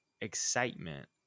excitement